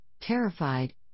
terrified